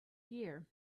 year